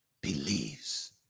believes